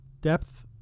depth